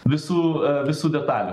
visų visų detalių